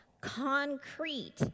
concrete